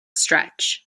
stretch